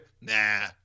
nah